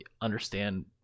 understand